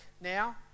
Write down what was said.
now